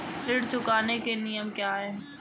ऋण चुकाने के नियम क्या हैं?